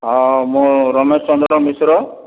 ହଁ ମୁଁ ରମେଶ ଚନ୍ଦ୍ର ମିଶ୍ର